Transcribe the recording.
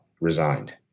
resigned